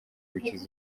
gukiza